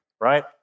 right